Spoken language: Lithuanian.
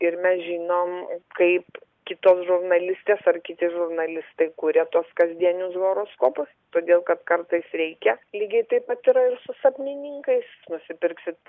ir mes žinom kaip kitos žurnalistės ar kiti žurnalistai kuria tuos kasdienius horoskopus todėl kad kartais reikia lygiai taip pat yra ir su sapnininkais nusipirksit